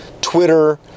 Twitter